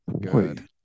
good